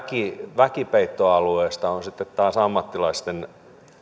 väkipeittoalueesta on sitten taas ammattilaisten